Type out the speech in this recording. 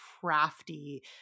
crafty